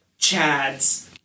chads